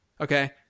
Okay